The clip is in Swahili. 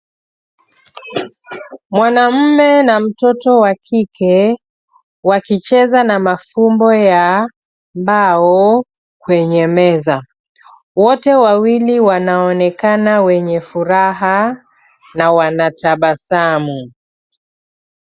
Mwanamume na mtoto wa kike wakicheza na mafumbo ya mbao kwenye meza. Wote wawili wanaonekana wenye furaha na wanatabasamu.